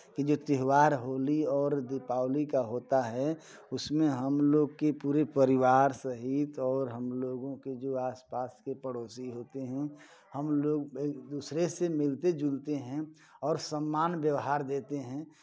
कि जो त्योहार होली और दीपावली का होता है उसमें हमलोग की पूरी परिवार सहित और हमलोगों के जो आसपास के पड़ोसी होते हैं हमलोग एक दूसरे से मिलते जुलते हैं और सम्मान व्यवहार देते हैं